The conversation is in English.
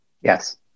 Yes